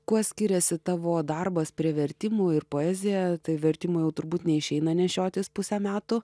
kuo skiriasi tavo darbas prie vertimų ir poezija tai vertimų jau turbūt neišeina nešiotis pusę metų